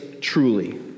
truly